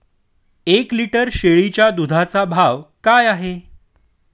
एक लिटर शेळीच्या दुधाचा भाव काय आहे?